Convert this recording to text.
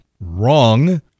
wrong